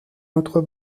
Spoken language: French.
notre